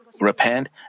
repent